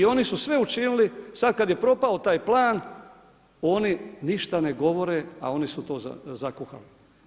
I oni su sve učinili, sad kad je propao taj plan oni ništa ne govore, a oni su to zakuhali.